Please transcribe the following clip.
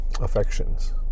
affections